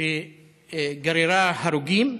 שגררה הרוגים